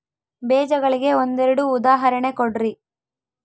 ಬೇಜಗಳಿಗೆ ಒಂದೆರಡು ಉದಾಹರಣೆ ಕೊಡ್ರಿ?